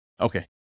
Okay